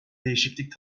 değişiklik